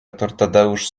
tadeusz